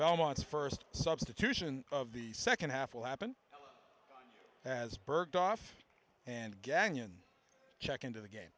belmont's first substitution of the second half will happen as burke off and gag and check into the game